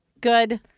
Good